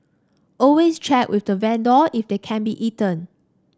always check with the vendor if they can be eaten